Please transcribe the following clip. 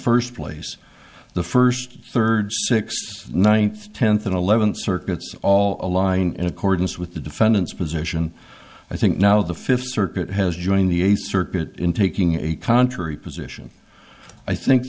first place the first third six ninth tenth and eleventh circuits all aligned accordance with the defendant's position i think now the fifth circuit has joined the a circuit in taking a contrary position i think